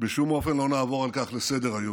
בשום אופן לא נעבור על כך לסדר-היום.